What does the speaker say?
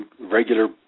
regular